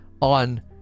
on